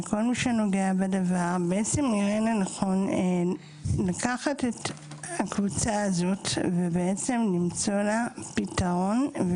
וכל מי שנוגע בדבר יראה לנכון לקחת את הקבוצה הזאת ולמצוא לה פתרון,